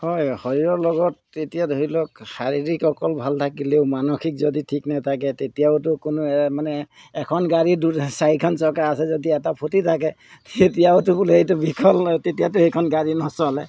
হয় শৰীৰৰ লগত এতিয়া ধৰি লওক শাৰীৰিক অকল ভাল থাকিলেও মানসিক যদি ঠিক নেথাকে তেতিয়াওতো কোনো মানে এখন গাড়ী দুটা চাৰিখন চকা আছে যদি এটা ফুটি থাকে তেতিয়াওতো বোলে এইটো বিকল তেতিয়াতো সেইখন গাড়ী নচলে